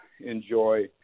enjoy